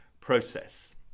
process